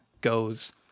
goes